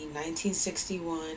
1961